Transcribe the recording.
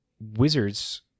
Wizards